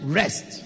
rest